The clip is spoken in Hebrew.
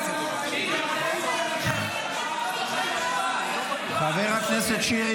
--- (חבר הכנסת יוסף עטאונה יוצא מאולם המליאה.) חבר הכנסת כהן.